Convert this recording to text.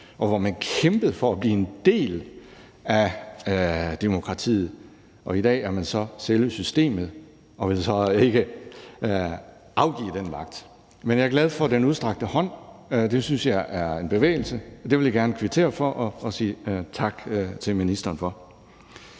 og hvor man kæmpede for at blive en del af demokratiet. I dag er man så selve systemet og vil altså ikke afgive den magt. Men jeg er glad for den udstrakte hånd – det synes jeg er en bevægelse – og det vil jeg gerne kvittere og sige tak til ministeren for.